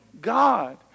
God